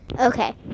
Okay